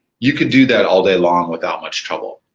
you could do that all day long without much trouble.